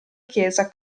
chiesa